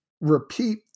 repeat